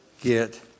get